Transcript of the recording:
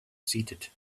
seated